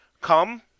come